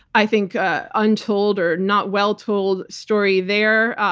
i think ah untold or not well-told story there.